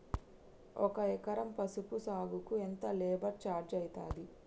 ఒక ఎకరం పసుపు సాగుకు ఎంత లేబర్ ఛార్జ్ అయితది?